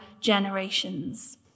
generations